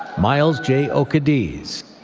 myelz j. ocadiz.